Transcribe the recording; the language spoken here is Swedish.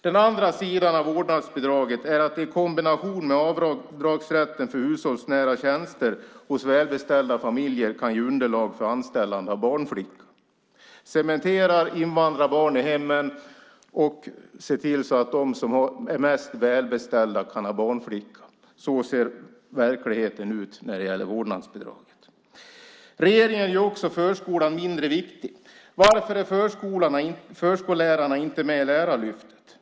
Den andra sidan av vårdnadsbidraget är att det i kombination med avdragsrätten för hushållsnära tjänster hos välbeställda familjer kan ge underlag för anställande av barnflicka. Cementera invandrarbarn i hemmen och se till att de som är mest välbeställda kan ha barnflicka - så ser verkligheten ut när det gäller vårdnadsbidraget. Regeringen gör också förskolan mindre viktig. Varför är förskollärarna inte med i Lärarlyftet?